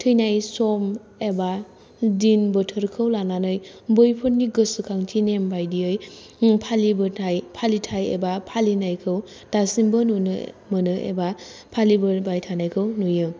थैनाय सम एबा दिन बोथोरखौ लानानै बैफोरनि गोसोखांथि नेम बायदियै फालिबोथाय फालिथाय एबा फालिनायखौ दासिमबो नुनो मोनो एबा फालिबोबाय थानायखौ नुयो